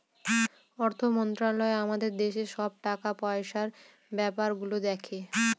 অর্থ মন্ত্রালয় আমাদের দেশের সব টাকা পয়সার ব্যাপার গুলো দেখে